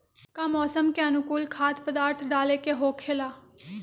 का मौसम के अनुकूल खाद्य पदार्थ डाले के होखेला?